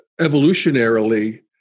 evolutionarily